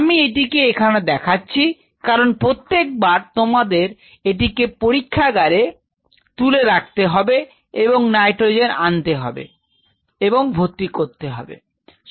আমি এটিকে এখানে দেখাচ্ছি কারণ প্রত্যেক বার তোমাদের এদিকে পরীক্ষাগারে তুলে রাখতে হবে এবং নাইট্রোজেন আনতে হবে এবং ভর্তি করতে হবে